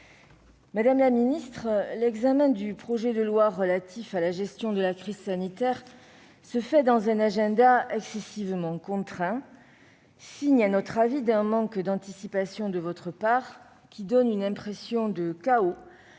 Madame la ministre, l'examen du projet de loi relatif à la gestion de la crise sanitaire se déroule dans un agenda excessivement contraint, signe d'un manque d'anticipation de votre part, qui donne une impression de chaos,